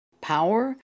power